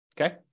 Okay